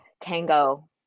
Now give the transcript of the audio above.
tango